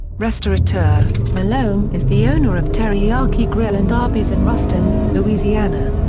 restaurateur malone is the owner of teriyaki grill and arby's in ruston, louisiana.